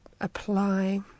apply